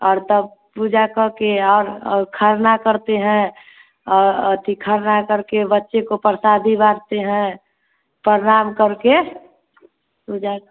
और तब पूजा करके और और खरना करते हैं और खरना करके बच्चे को प्रसादी बाँटते है प्रणाम करके पूजा